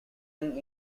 him